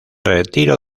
retiro